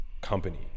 Company